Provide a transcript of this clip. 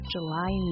July